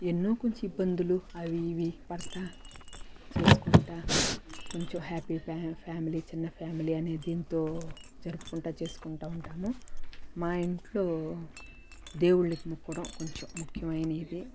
ఎన్నో కొంచం ఇబ్బందులు అవి ఇవి పడతా చేసుకుంటా కొంచెం హ్యాపీ ఫ్యా ఫ్యామిలీ చిన్న ఫ్యామిలీ అనే దీంతో జరుపుకుంటా చేసుకుంటా ఉంటాము మా ఇంట్లో దేవుళ్ళకి మొక్కడం కొంచెం ముఖ్యమైనది